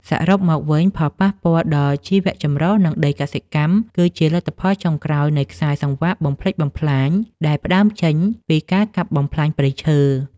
សរុបមកវិញ ផលប៉ះពាល់ដល់ជីវៈចម្រុះ និងដីកសិកម្ម គឺជាលទ្ធផលចុងក្រោយនៃខ្សែសង្វាក់បំផ្លិចបំផ្លាញដែលផ្ដើមចេញពីការកាប់បំផ្លាញព្រៃឈើ។